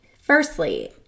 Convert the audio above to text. Firstly